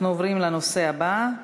אנחנו עוברים לנושא הבא,